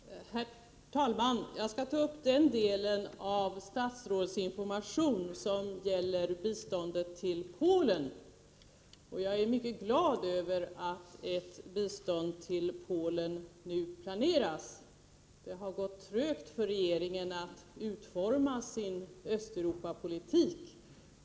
Herr talman! Jag skall ta upp den delen av statsrådets information som gäller bistånd till Polen. Jag är mycket glad över att ett bistånd till Polen nu planeras. Det har gått trögt för regeringen att utforma sin Östeuropapolitik.